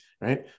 right